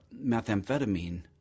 methamphetamine